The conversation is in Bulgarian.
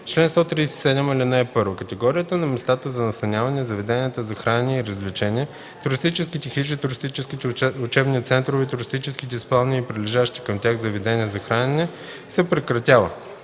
чл. 137: „Чл. 137. (1) Категорията на местата за настаняване, заведенията за хранене и развлечения, туристическите хижи, туристическите учебни центрове, туристическите спални и прилежащите към тях заведения за хранене се прекратява: